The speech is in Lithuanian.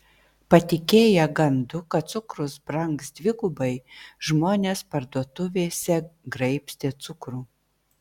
patikėję gandu kad cukrus brangs dvigubai žmonės parduotuvėse graibstė cukrų